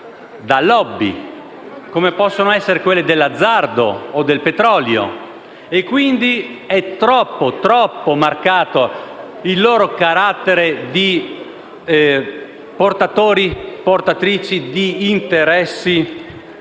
da *lobby*, come possono essere quelle dell'azzardo e del petrolio. Quindi, è troppo marcato il loro carattere di portatrici di interessi